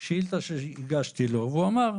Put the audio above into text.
על שאילתה שהגשתי לו, והוא אמר: